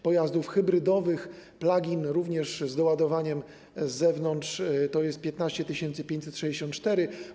Pojazdów hybrydowych plug-in również z doładowaniem z zewnątrz jest 15 564.